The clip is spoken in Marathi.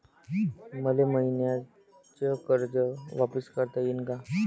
मले मईन्याचं कर्ज वापिस करता येईन का?